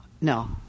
no